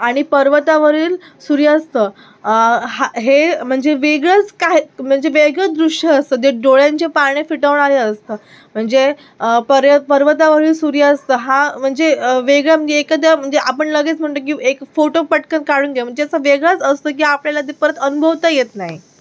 आणि पर्वतावरील सूर्यास्त हा हे म्हणजे वेगळंच काय म्हणजे वेगळं दृश्य असतं ते डोळ्यांचे पारणे फिटवणारं असतं म्हणजे पर्य पर्वतावरून सूर्यास्त हा म्हणजे वेगळा म्हणजे एखाद्या म्हणजे आपण लगेच म्हणतो की एक फोटो पटकन काढून घ्या म्हणजे असा वेगळाच असतो की आपल्याला ते परत अनुभवता येत नाही